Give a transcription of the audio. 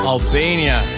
Albania